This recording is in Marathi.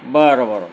बरं बरं